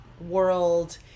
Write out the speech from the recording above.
world